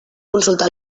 consultar